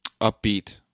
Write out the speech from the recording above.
upbeat